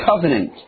covenant